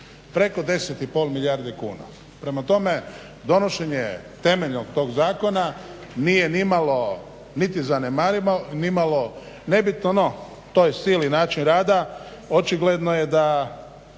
preko 10 i pol milijardi kuna. Prema tome, donošenje temeljnog tog zakona nije ni malo niti zanemarivo, ni malo nebitno. No, taj stil i način rada očigledno je da